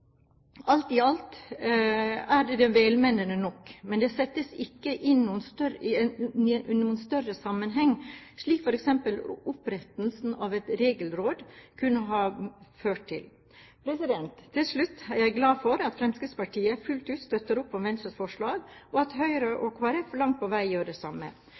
Alt i alt er dette velmenende nok, men det settes ikke inn i noen større sammenheng, slik f.eks. opprettelsen av et regelråd kunne ha ført til. Til slutt: Jeg er glad for at Fremskrittspartiet fullt ut støtter opp om Venstres forslag, og at Høyre og Kristelig Folkeparti langt på vei gjør det samme.